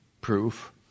proof